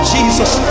Jesus